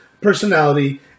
personality